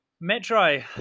Metro